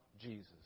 Jesus